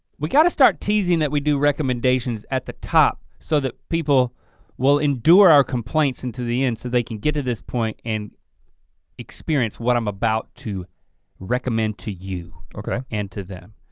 we gotta start teasing that we do recommendations at the top so that people will endure our complaints and until the end so they can get to this point and experience what i'm about to recommend to you okay. and to them.